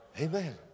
Amen